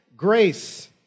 Grace